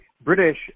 British